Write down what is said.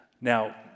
Now